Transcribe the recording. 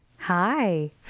Hi